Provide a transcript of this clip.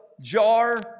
jar